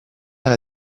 alla